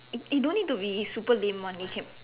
it it don't need to be super lame [one] you can